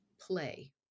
play